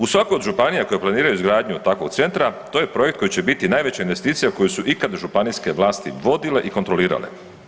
U svakoj od županija koje planiraju izgradnju takvog centra to je projekt koji će biti najveća investicija koju su ikada županijske vlasti vodile i kontrolirale.